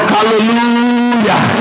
Hallelujah